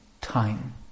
time